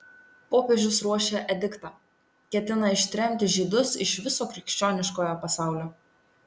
popiežius ruošia ediktą ketina ištremti žydus iš viso krikščioniškojo pasaulio